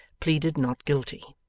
pleaded not guilty